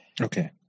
Okay